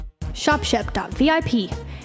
ShopShep.VIP